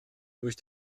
durch